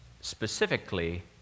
specifically